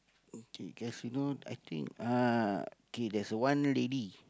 okay guess you know I think ah okay there's one lady